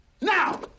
Now